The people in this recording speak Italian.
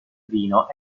vino